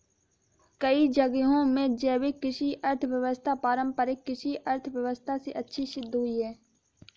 कई जगहों में जैविक कृषि अर्थव्यवस्था पारम्परिक कृषि अर्थव्यवस्था से अच्छी सिद्ध हुई है